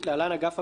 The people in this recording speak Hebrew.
אגף הפיקוח)